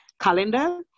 calendar